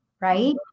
right